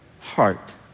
heart